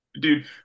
Dude